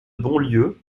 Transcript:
bonlieu